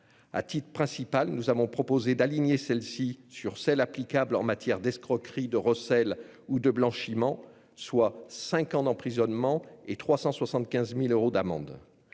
À titre principal, nous avons proposé d'aligner celles-ci sur celles qui sont applicables en matière d'escroquerie, de recel ou de blanchiment, soit cinq ans d'emprisonnement et 375 000 euros d'amende.